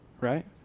right